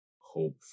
hope